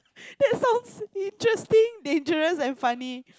that sounds interesting dangerous and funny